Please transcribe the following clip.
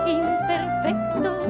imperfecto